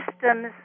systems